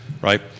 Right